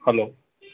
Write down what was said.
hello